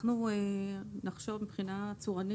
אנחנו נחשוב איך לסדר זאת מבחינה צורנית,